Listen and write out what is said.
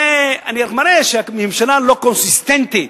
אני רק מראה שהממשלה לא קונסיסטנטית.